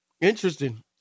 interesting